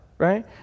Right